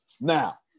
now